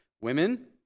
Women